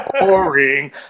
boring